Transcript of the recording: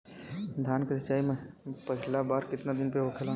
धान के सिचाई पहिला बार कितना दिन पे होखेला?